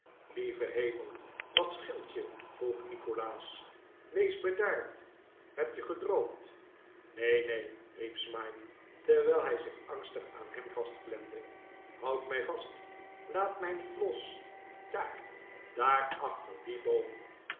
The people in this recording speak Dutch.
lieve hemel wat scheelt je vroeg nikolaas wees bedaard heb je gedroomd neen neen riep smike terwijl hij zich angstig aan hem vastklemde houd mij vast laat mij niet los daar daar achter dien boom